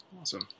Awesome